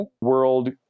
world